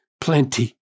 plenty